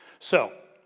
so,